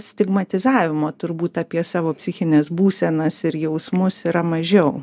stigmatizavimo turbūt apie savo psichines būsenas ir jausmus yra mažiau